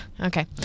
Okay